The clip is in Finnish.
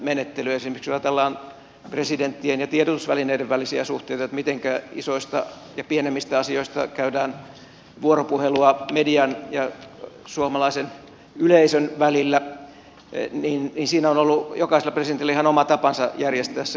esimerkiksi jos ajatellaan presidenttien ja tiedotusvälineiden välisiä suhteita mitenkä isoista ja pienemmistä asioista käydään vuoropuhelua median ja suomalaisen yleisön välillä siinä on ollut jokaisella presidentillä ihan oma tapansa järjestää se